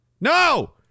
No